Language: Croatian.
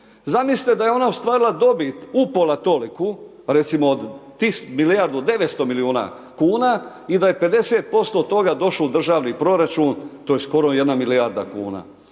Zamislite da je ona ostvarila dobit upola toliku, recimo od milijardu 900 milijuna kuna i da je 50% od toga došlo u državni proračun, to je skoro 1 milijarda kuna.